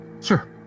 Sure